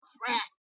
crack